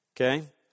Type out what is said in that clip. okay